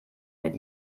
mit